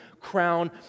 crown